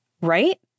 Right